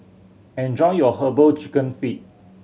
enjoy your Herbal Chicken Feet